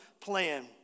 plan